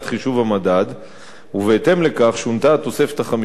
ובהתאם לכך שונתה התוספת החמישית לחוק פעם אחת בלבד,